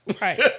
Right